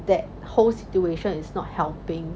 that whole situation is not helping